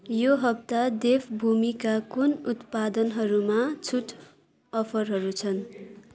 यो हप्ता देव भूमिका कुन उत्पादनहरूमा छुट अफरहरू छन्